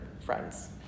friends